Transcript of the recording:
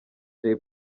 jay